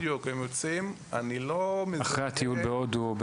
בדיוק, הם יוצאים --- אחרי הטיול בהודו.